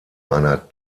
einer